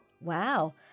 Wow